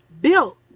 built